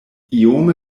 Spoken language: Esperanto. iome